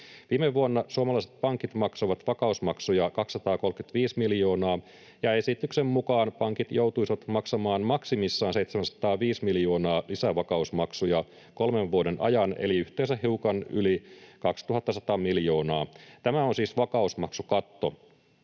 Viime vuonna suomalaiset pankit maksoivat vakausmaksuja 235 miljoonaa, ja esityksen mukaan pankit joutuisivat maksamaan maksimissaan 705 miljoonaa lisävakausmaksuja kolmen vuoden ajan eli yhteensä hiukan yli 2 100 miljoonaa. Tämä on siis vakausmaksukatto.